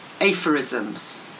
aphorisms